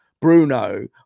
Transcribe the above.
Bruno